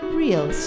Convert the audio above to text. real